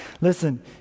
listen